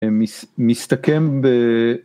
מסתכם ב...